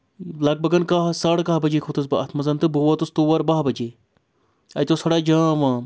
لگ بگ کہہ ساڑٕ کہہ بجے کھوٚتُس بہٕ اتھ منٛز تہٕ بہٕ ووتُس تور بہہ بجے اتہِ اوس تھوڑا جام وام